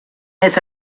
this